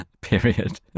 period